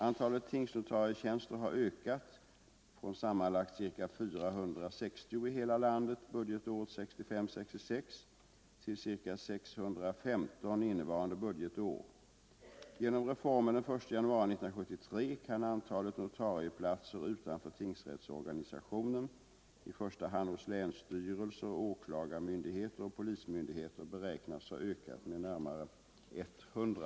Antalet tingsnotarietjänster har ökat från sammanlagt ca 460 i hela landet budgetåret 1965/66 till ca 615 innevarande budgetår. Genom reformen den 1 januari 1973 kan antalet notarieplatser utanför tingsrättsorganisationen, i första hand hos länsstyrelser, åklagarmyndigheter och polismyndigheter, beräknas ha ökat med närmare 100.